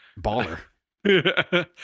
Baller